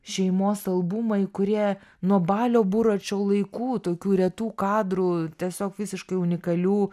šeimos albumai kurie nuo balio buračo laikų tokių retų kadrų tiesiog visiškai unikalių